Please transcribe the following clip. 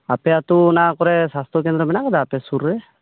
ᱟᱯᱮ ᱟᱹᱛᱩ ᱚᱱᱟ ᱠᱚᱨᱮ ᱥᱟᱥᱛᱚ ᱠᱮᱱᱫᱽᱨᱚ ᱢᱮᱱᱟᱜ ᱠᱟᱫᱟ ᱟᱯᱮ ᱥᱩᱨ ᱨᱮ